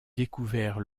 découvert